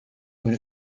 when